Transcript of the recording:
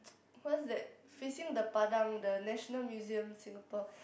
what's that facing the Padang the National Museum Singapore